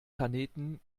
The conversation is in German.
planeten